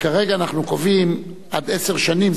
שכרגע אנחנו קובעים עד עשר שנים,